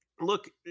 Look